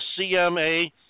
CMA